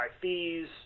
fees